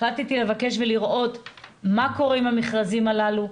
החלטתי לבקש ולראות מה קורה עם המכרזים הללו.